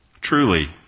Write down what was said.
Truly